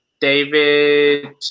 david